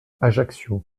ajaccio